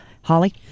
Holly